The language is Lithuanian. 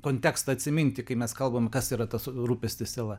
kontekstą atsiminti kai mes kalbam kas yra tas rūpestis siela